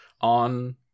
on